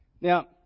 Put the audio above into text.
Now